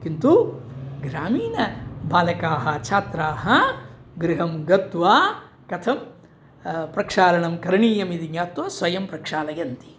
किन्तु ग्रामीणबालकाः छात्राः गृहं गत्वा कथं प्रक्षालनं करणीयम् इति ज्ञात्वा स्वयं प्रक्षालयन्ति